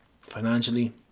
financially